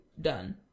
done